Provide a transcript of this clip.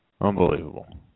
Unbelievable